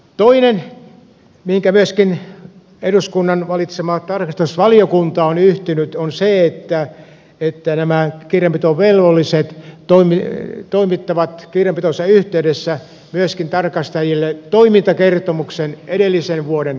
toinen mihinkä myöskin eduskunnan valitsema tarkastusvaliokunta on yhtynyt on se että nämä kirjanpitovelvolliset toimittavat kirjanpitonsa yhteydessä myöskin tarkastajille toimintakertomuksen edellisen vuoden toiminnasta